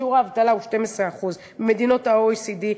ששיעור האבטלה בקרבם הוא 12% בממוצע במדינות ה-OECD,